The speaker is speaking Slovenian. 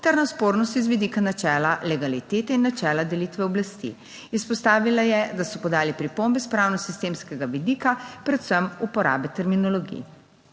ter na spornosti z vidika načela legalitete in načela delitve oblasti. Izpostavila je, da so podali pripombe s pravno sistemskega vidika, predvsem uporabe terminologij.